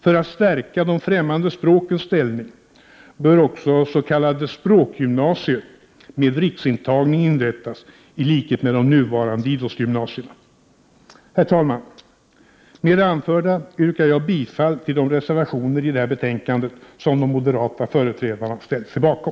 För att stärka de främmande språkens ställning bör även s.k. språkgymnasier med riksintagning, i likhet med de nuvarande idrottsgymnasierna, inrättas. Herr talman! Med det anförda yrkar jag bifall till de reservationer i detta betänkande som de moderata företrädarna ställt sig bakom.